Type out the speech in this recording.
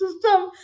system